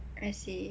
I see